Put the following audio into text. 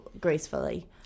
gracefully